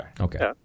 Okay